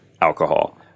alcohol